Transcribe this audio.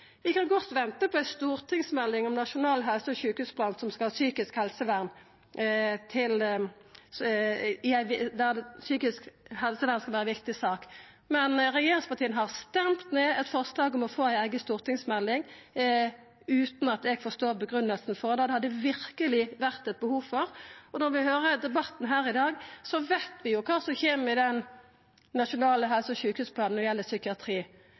Vi kan godt venta på ei stortingsmelding om nasjonal helse- og sjukehusplan der psykisk helsevern skal vera ei viktig sak, men regjeringspartia har stemt ned eit forslag om å få ei eiga stortingsmelding, utan at eg forstår grunngivinga for det. Det hadde det verkeleg vore eit behov for. Og når vi høyrer debatten her i dag, veit vi jo kva som kjem i den nasjonale helse- og sjukehusplanen når det gjeld psykiatri